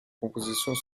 compositions